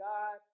God